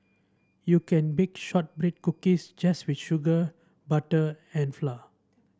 you can bake shortbread cookies just with sugar butter and flour